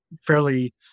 fairly